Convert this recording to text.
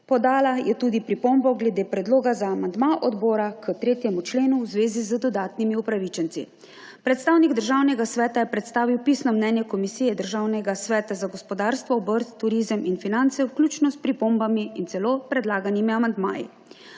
podala je tudi pripombo glede predloga za amandma odbora k tretjemu členu v zvezi z dodatnimi upravičenci. Predstavnik Državnega sveta je predstavil pisno mnenje Komisije Državnega sveta za gospodarstvo, obrt, turizem in finance, vključno s pripombami in celo predlaganimi amandmaji.